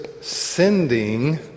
sending